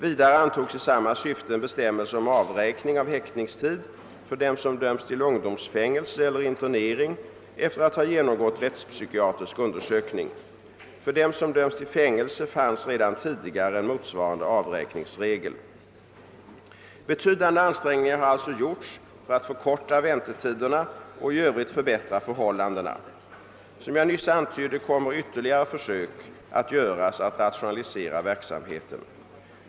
Vidare antogs i samma syfte en bestämmelse om avräkning av häktningstid för den som döms till ungdomsfängelse eller internering efter att ha genomgått rättspsykiatrisk undersökning. För den som döms till fängelse: fanns redan tidigare en motsvarande; avräkningsregel. Betydande ansträngningar har alltså gjorts för att förkorta väntetiderna och i övrigt förbättra förhållandena. Som jag nyss antydde kommer ytterligare försök att göras att rationalisera verksamheten.